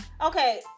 okay